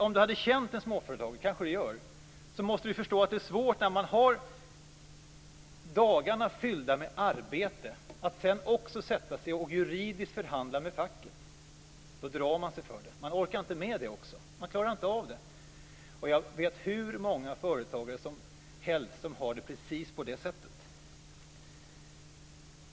Om du hade känt en småföretagare - det kanske du gör - måste du förstå att det är svårt när man har dagarna fyllda med arbete att sedan sätta sig och juridiskt förhandla med facket. Det drar man sig för. Man orkar inte med det. Jag vet hur många företagare som helst som har det precis på det sättet.